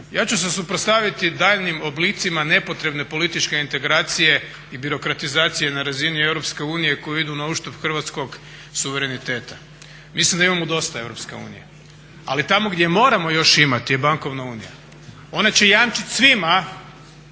Ja ću se suprotstaviti daljnjim oblicima nepotrebne političke integracije i birokratizacije na razini EU koji idu na uštrb hrvatskog suvereniteta. Mislim da imamo dosta EU, ali tamo gdje je moramo jš ima je bankovna unija. Ona će jamčiti svima